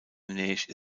neige